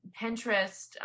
Pinterest